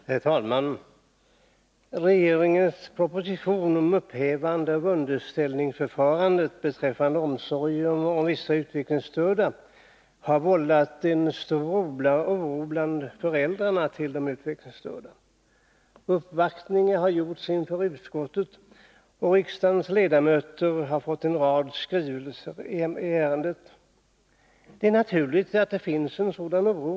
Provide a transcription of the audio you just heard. Herr talman! Regeringens proposition om upphävande av underställningsförfarandet beträffande omsorger om vissa utvecklingsstörda har vållat oro bland föräldrarna till de utvecklingsstörda. Uppvaktningar har gjorts inför socialutskottet, och riksdagens ledamöter har fått en rad skrivelser i ärendet. Det är naturligt att det finns en sådan oro.